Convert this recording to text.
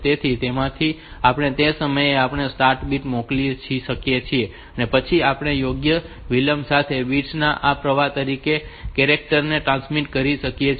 તેથી તેમાંથી આપણે તે સમયે આપણે સ્ટાર્ટ બીટ મોકલી શકીએ છીએ અને પછી આપણે યોગ્ય વિલંબ સાથે બિટ્સ ના પ્રવાહ તરીકે કેરેક્ટર ને ટ્રાન્સમિટ કરી શકીએ છીએ